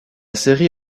série